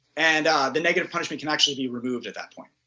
and the negative punishment can actually be removed at that point.